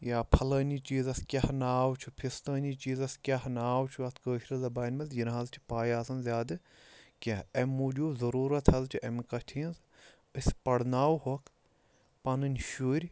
یا پھلٲنی چیٖزَس کیٛاہ ناو چھُ فِستٲنی چیٖزَس کیٛاہ ناو چھُ اَتھ کٲشرِ زَبانہِ منٛز یِنہٕ حظ چھِ پَے آسان زیادٕ کینٛہہ اَمہِ موٗجوٗب ضٔروٗرت حظ چھِ اَمہِ کَتھِ ہِنٛز أسۍ پَرناوہوکھ پَنٕنۍ شُرۍ